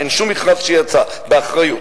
אין שום מכרז שיצא, באחריות.